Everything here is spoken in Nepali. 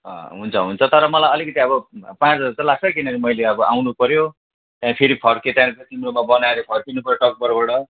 अँ हुन्छ हुन्छ तर मलाई अलिकति अब पाँच हजार चाहिँ लाग्छै मैले किनभने मैले अब आउनु पर्यो त्यहाँ फेरि फर्किँदा तिम्रोमा बनाएर फर्किनु पर्यो टक्भरबाट